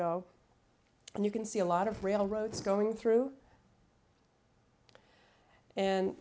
go and you can see a lot of railroads going through and